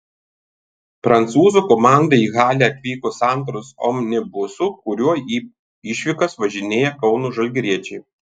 prancūzų komanda į halę atvyko santaros omnibusu kuriuo į išvykas važinėja kauno žalgiriečiai